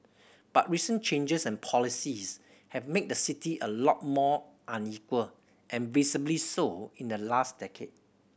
but recent changes and policies have made the city a lot more unequal and visibly so in the last decade